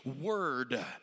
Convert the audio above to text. word